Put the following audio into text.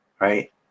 right